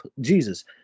Jesus